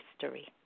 history